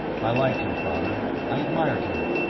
i liked your father. i admired him.